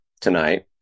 tonight